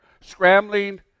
scrambling